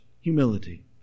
humility